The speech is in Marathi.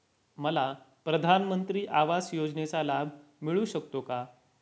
मला प्रधानमंत्री आवास योजनेचा लाभ मिळू शकतो का?